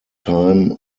time